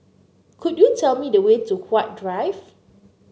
could you tell me the way to Huat Drive